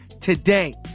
today